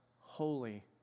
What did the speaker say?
holy